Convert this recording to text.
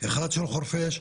אחד של חורפיש,